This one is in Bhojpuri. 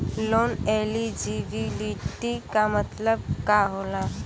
लोन एलिजिबिलिटी का मतलब का होला?